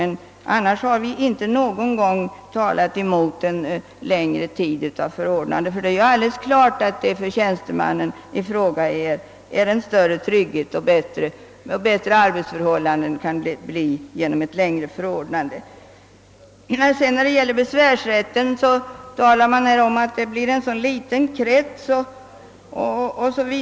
Annars har vi inte någon gång talat emot en längre tids förordnande. Det är nämligen alldeles klart att tjänstemannen i fråga får större trygghet och bättre arbetsförhållanden genom ett längre förordnande. Vad besvärsrätten angår talar man här om att det gäller en så liten krets o. s. v.